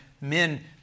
men